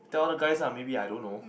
tell the guys ah maybe I don't know